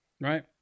Right